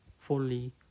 fully